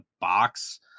box